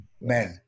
men